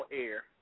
air